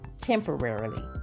temporarily